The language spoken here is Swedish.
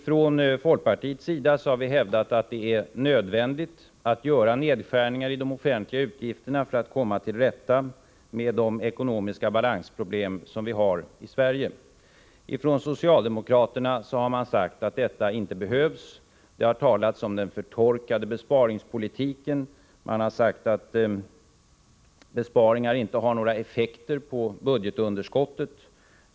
Från folkpartiets sida har hävdats att det är nödvändigt att göra nedskärningar i de offentliga utgifterna för att komma till rätta med de ekonomiska balansproblem som vi har i Sverige. Från socialdemokraterna har man sagt att detta inte behövs. Det har talats om den förtorkade besparingspolitiken. Man har sagt att besparingar inte har några effekter på budgetunderskottet.